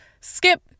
skip